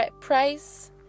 price